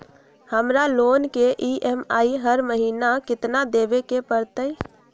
हमरा लोन के ई.एम.आई हर महिना केतना देबे के परतई?